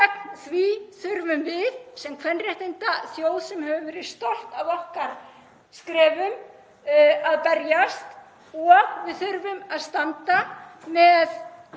því þurfum við sem kvenréttindaþjóð, sem höfum verið stolt af okkar skrefum, að berjast. Við þurfum að standa með